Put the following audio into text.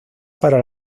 para